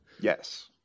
Yes